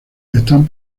están